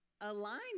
align